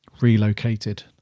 relocated